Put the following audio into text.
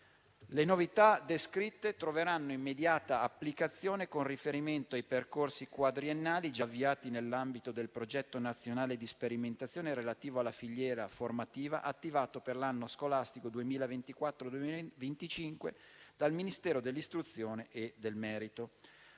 Le novità descritte troveranno immediata applicazione con riferimento ai percorsi quadriennali già avviati nell'ambito del progetto nazionale di sperimentazione relativo alla filiera formativa attivato per l'anno scolastico 2024-2025 dal Ministero dell'istruzione e del merito.